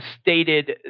stated